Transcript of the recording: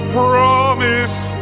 promise